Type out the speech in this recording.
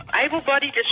Able-bodied